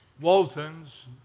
Waltons